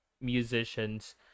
musicians